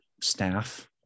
staff